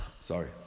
Sorry